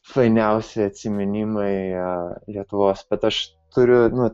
fainiausi atsiminimai lietuvos bet aš turiu nu